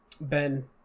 ben